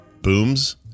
booms